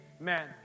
Amen